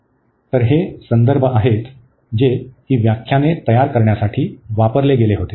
तर हे संदर्भ आहेत जे ही व्याख्याने तयार करण्यासाठी वापरले गेले होते